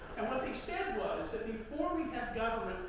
and what they said was, that before we had government,